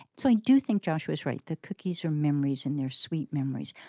so i do think joshua is right. the cookies are memories, and they're sweet memories.